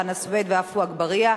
חנא סוייד ועפו אגבאריה,